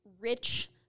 rich